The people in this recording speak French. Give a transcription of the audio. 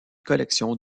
collection